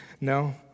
no